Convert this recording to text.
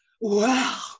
wow